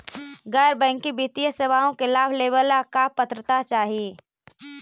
गैर बैंकिंग वित्तीय सेवाओं के लाभ लेवेला का पात्रता चाही?